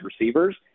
receivers